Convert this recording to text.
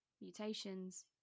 mutations